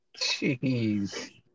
Jeez